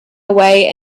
away